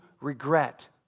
regret